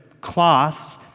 cloths